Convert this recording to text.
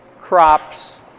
crops